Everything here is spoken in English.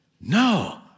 No